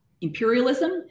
imperialism